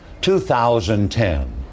2010